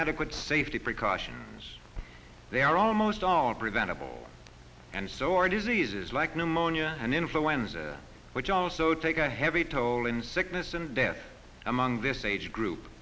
inadequate safety precautions they are almost all preventable and so are diseases like pneumonia and influenza which also take a heavy toll in sickness and death among this age group